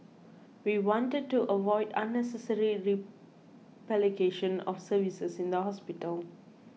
we wanted to avoid unnecessary replication of services in the hospital